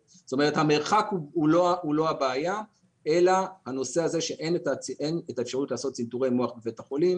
המרחק הוא לא הבעיה אלא הנושא שאין אפשרות לעשות צנתור מוח בבית החולים.